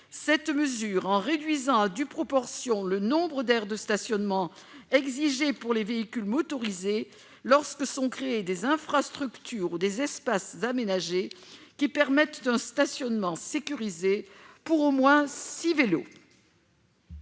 cette mesure en réduisant, à due proportion, le nombre d'aires de stationnement exigées pour les véhicules motorisés lorsque sont créés des infrastructures ou des espaces aménagés permettant le stationnement sécurisé d'au moins six vélos.